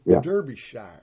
Derbyshire